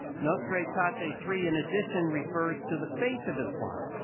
nostra aetate ah aetate three, in addition, refers to the faith of islam,